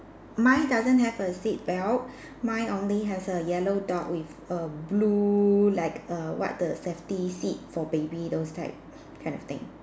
mine doesn't have a seat belt mine only has a yellow dot with a blue like err what the safety seat for baby those type kind of thing